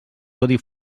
codi